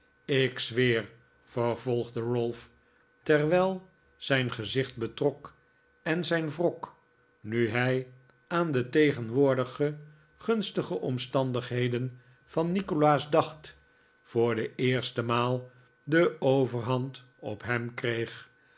ik zweer vervolgde ralph terwijl zijn ge p ujiif piinjll milium kp i lord frbderik komt in opstand zicht betrok en zijn wrok nu hij aan de tegenwoordige gunstige omstandigheden van nikolaas dacht voor de eerste maal de overhand op hem kreeg